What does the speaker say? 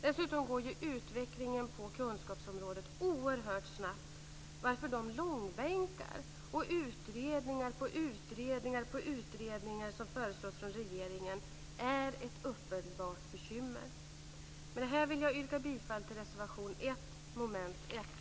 Dessutom går ju utvecklingen på kunskapsområdet oerhört snabbt, varför de långbänkar och utredningar på utredningar som föreslås av regeringen är ett uppenbart bekymmer. Med detta vill jag yrka bifall till reservation 1 under mom. 1.